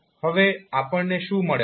હવે આપણને શું મળે છે